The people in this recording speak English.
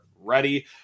ready